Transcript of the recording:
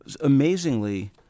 amazingly